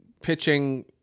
Pitching